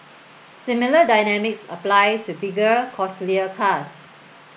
similar dynamics apply to bigger costlier cars